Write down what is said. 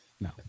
no